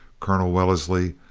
colonel wellesley,